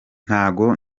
ntago